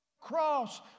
cross